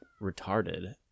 retarded